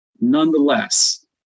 nonetheless